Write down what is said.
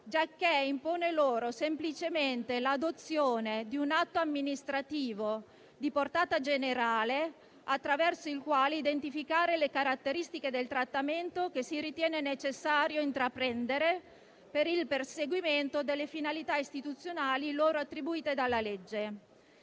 giacché impone loro semplicemente l'adozione di un atto amministrativo di portata generale, attraverso il quale identificare le caratteristiche del trattamento che si ritiene necessario intraprendere per il perseguimento delle finalità istituzionali loro attribuite dalla legge.